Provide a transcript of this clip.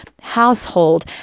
household